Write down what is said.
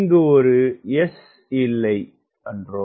இங்கு ஒரு S இல்லை அன்றோ